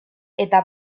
eta